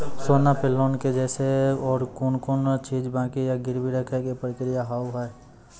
सोना पे लोन के जैसे और कौन कौन चीज बंकी या गिरवी रखे के प्रक्रिया हाव हाय?